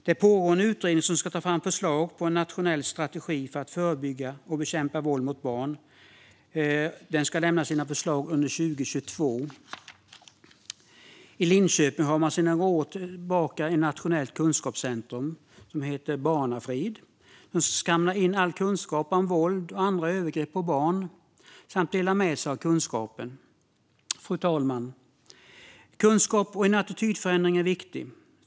Det pågår en utredning som ska ta fram ett förslag på en nationell strategi för att förebygga och bekämpa våld mot barn. Den ska lämna sina förslag under 2022. I Linköping har man sedan några år tillbaka ett nationellt kunskapscentrum som heter Barnafrid och som ska samla in kunskap om våld och andra övergrepp på barn samt dela med sig av kunskapen. Fru talman! Kunskap och en attitydförändring är viktigt.